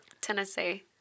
Tennessee